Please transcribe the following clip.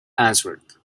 answered